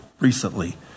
recently